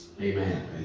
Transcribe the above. Amen